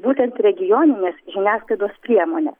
būtent regioninės žiniasklaidos priemone